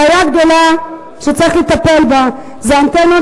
הבעיה הגדולה שצריך לטפל בה זה האנטנות